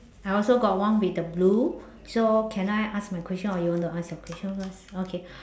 I also got one with the blue so can I ask my question or you want to ask your question first okay